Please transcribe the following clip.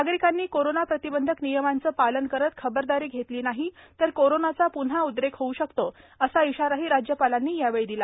नागरिकांनी कोरोना प्रतिबंधक नियमांचं पालन करत खबरदारी घेतली नाही तर कोरोनाचा प्न्हा उद्रेक होऊ शकतो असा इशाराही राज्यपालांनी यावेळी दिला